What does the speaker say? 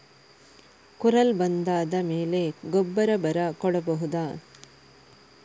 ಕುರಲ್ ಬಂದಾದ ಮೇಲೆ ಗೊಬ್ಬರ ಬರ ಕೊಡಬಹುದ?